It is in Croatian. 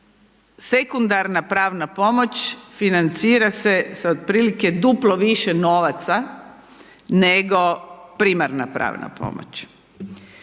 sekundarna pravna pomoć financira se sa otprilike duplo više novaca nego primarna pravna pomoć.